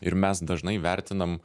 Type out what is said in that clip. ir mes dažnai vertinam